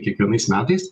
kiekvienais metais